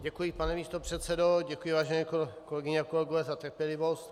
Děkuji, pane místopředsedo, děkuji, vážené kolegyně a kolegové, za trpělivost.